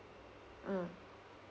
mm